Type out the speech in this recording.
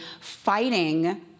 fighting